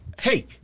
hey